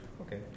Okay